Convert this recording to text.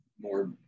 more